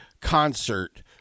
concert